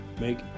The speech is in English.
make